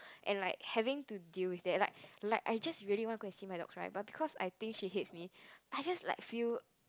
and like having to deal with that like like I just really want to go and see my dogs right but because I think she hates me I just like feel